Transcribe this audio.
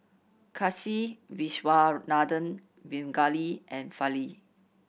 Kasiviswanathan Pingali and Fali